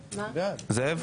זאב,